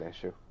issue